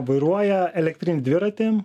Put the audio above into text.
vairuoja elektrinį dviratį